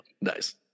nice